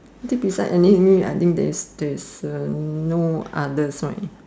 I think beside enemy I think this is there's uh no others right